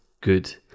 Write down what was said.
good